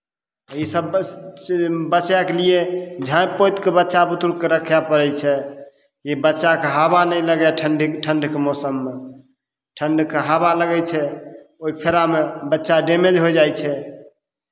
इसभ बच बचयके लिए झाँपि पोति कऽ बच्चा बुतरूकेँ रखयके पड़ै छै जे बच्चाकेँ हवा नहि लागय ठण्ढी ठण्ढके मौसममे ठण्ढके हवा लगै छै ओहि फेरामे बच्चा डैमेज होय जाइ छै